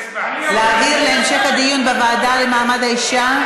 להעביר להמשך הדיון בוועדה למעמד האישה?